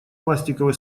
пластиковые